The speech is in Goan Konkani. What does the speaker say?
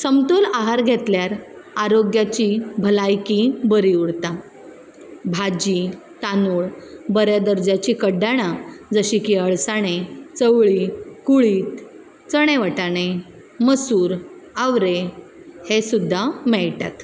समतोल आहार घेतल्यार आरोग्याची भलायकी बरी उरता भाजी तांदूळ बऱ्या दर्जाचीं कड्डणां जशीं की अळसांदे चवळी कुळीद चणें वाटाणें मसूर आवरे हें सुद्दां मेळटात